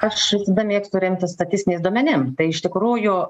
aš visada mėgstu remtis statistiniais duomenim tai iš tikrųjų